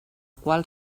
qual